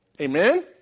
Amen